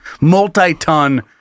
Multi-ton